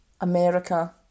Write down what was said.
America